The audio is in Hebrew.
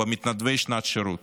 במתנדבי שנת שירות.